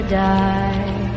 die